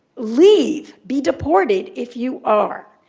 leave. be deported if you are.